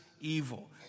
evil